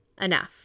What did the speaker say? enough